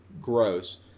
gross